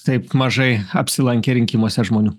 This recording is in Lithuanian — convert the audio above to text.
taip mažai apsilankė rinkimuose žmonių